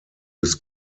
des